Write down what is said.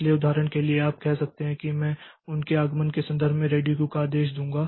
इसलिए उदाहरण के लिए आप कह सकते हैं कि मैं उनके आगमन के संदर्भ में रेडी क्यू का आदेश दूँगा